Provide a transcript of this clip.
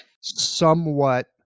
somewhat